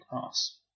pass